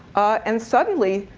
and suddenly,